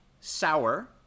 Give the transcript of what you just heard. Sour